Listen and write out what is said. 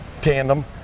tandem